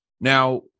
Now